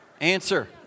Answer